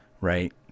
right